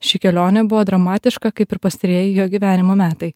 ši kelionė buvo dramatiška kaip ir pastarieji jo gyvenimo metai